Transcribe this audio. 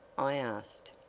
i asked.